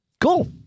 Cool